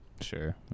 Sure